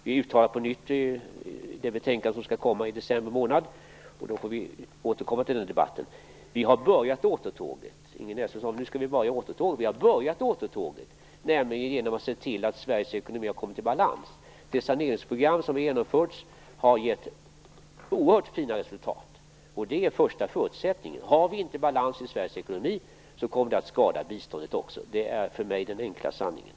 Vi uttalar det på nytt i det betänkande som skall komma i december månad. Då får vi återkomma till den här debatten. Vi har börjat återtåget. Ingrid Näslund sade att vi måste börja återtåget. Vi har börjat återtåget, nämligen genom att se till att Sveriges ekonomi har kommit i balans. Det saneringsprogram som har genomförts har gett oerhört fina resultat. Och det är första förutsättningen. Har vi inte balans i Sveriges ekonomi kommer det att skada biståndet också. Det är för mig den enkla sanningen.